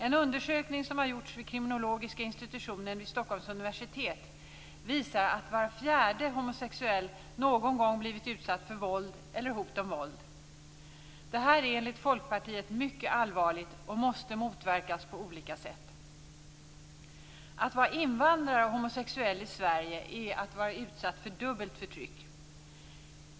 En undersökning gjord av kriminologiska institutionen vid Stockholms universitet visar att var fjärde homosexuell någon gång blivit utsatt för våld eller hot om våld. Detta är enligt Folkpartiet mycket allvarligt och måste motverkas på olika sätt. Att vara invandrare och homosexuell i Sverige är att vara utsatt för dubbelt förtryck.